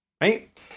right